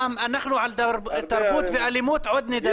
רם, על תרבות ואלימות עוד נדבר.